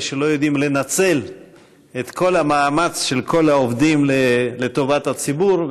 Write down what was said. שלא יודעים לנצל את כל המאמץ של כל העובדים לטובת הציבור,